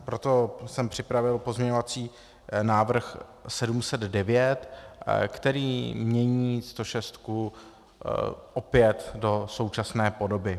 Proto jsem připravil pozměňovací návrh 709, který mění stošestku opět do současné podoby.